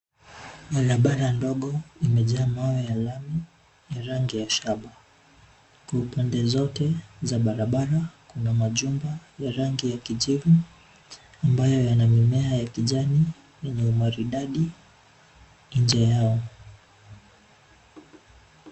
Barabara ndogo imejaa mawe ya lami ya rangi ya shaba. Kwa upande zote za barabara kuna majumba ya rangi ya kijivu ambayo yana mimea ya kijani enye, umaridadi, nje yao.